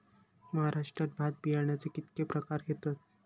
महाराष्ट्रात भात बियाण्याचे कीतके प्रकार घेतत?